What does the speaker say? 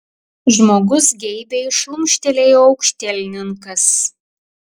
žmogus geibiai šlumštelėjo aukštielninkas